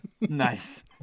nice